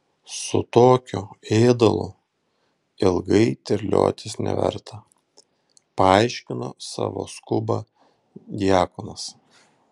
su tokiu ėdalu ilgai terliotis neverta paaiškino savo skubą diakonas